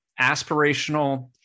aspirational